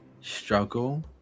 struggle